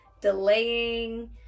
delaying